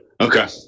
Okay